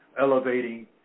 elevating